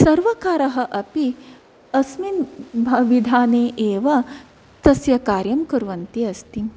सर्वकारः अपि अस्मिन् विधाने एव तस्य कार्यं कुर्वन्ति अस्ति